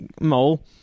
mole